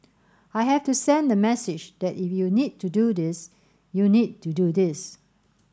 I have to send the message that if you need to do this you need to do this